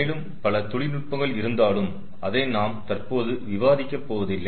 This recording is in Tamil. மேலும் பல தொழில் நுட்பங்கள் இருந்தாலும் அதை நாம் தற்போது விவாதிக்கப் போவதில்லை